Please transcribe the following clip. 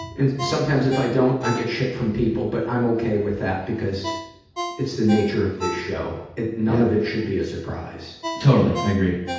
and sometimes if i don't, i get shit from people. but i'm okay with that because it's the nature of this show. none of it should be a surprise. totally. i agree.